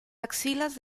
axilas